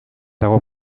dago